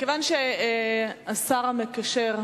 מכיוון שהשר המקשר,